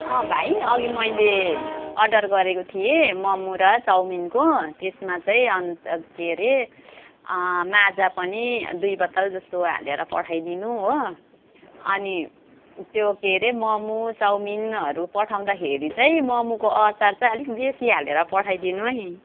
भाइ अघि मैले अर्डर गरेको थिएँ मोमो र चाउमिनको त्यसमा चाहिँ अन्त के अरे माजा पनि दुई बोतल जस्तो हालेर पठाइदिनु हो अनि त्यो के अरे मोमो चाउमिनहरू पठाउँदाखेरि चाहिँ मोमोको अचार अलिक बेसी हालेर पठाइदिनु है